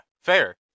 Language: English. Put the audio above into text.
Fair